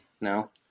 No